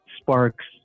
Sparks